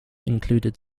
included